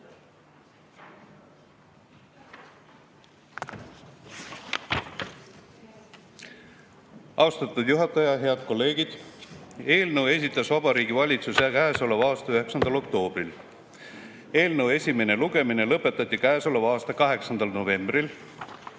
Austatud juhataja! Head kolleegid! Eelnõu esitas Vabariigi Valitsus käesoleva aasta 9. oktoobril. Eelnõu esimene lugemine lõpetati käesoleva aasta 8. novembril.